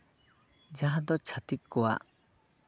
ᱡᱟᱦᱟᱸ ᱫᱚ ᱪᱷᱟᱹᱛᱤᱠ ᱠᱚᱣᱟᱜ